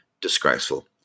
disgraceful